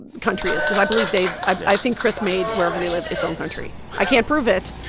country is because i believe they've i think kris made wherever they live its own country. i can't prove it,